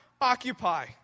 occupy